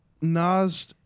Nas